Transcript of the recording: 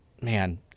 man